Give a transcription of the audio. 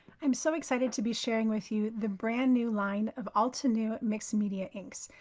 i'm so excited to be sharing with you the brand new line of altenew mixed media inks.